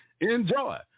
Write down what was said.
Enjoy